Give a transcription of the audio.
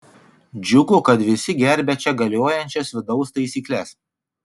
džiugu kad visi gerbia čia galiojančias vidaus taisykles